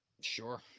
Sure